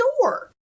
door